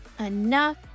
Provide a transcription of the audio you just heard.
enough